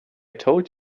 told